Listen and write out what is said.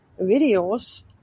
videos